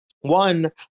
one